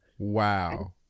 Wow